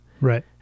Right